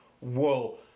whoa